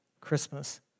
Christmas